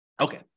okay